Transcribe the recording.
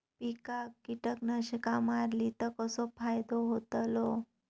पिकांक कीटकनाशका मारली तर कसो फायदो होतलो?